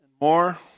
more